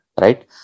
right